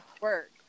work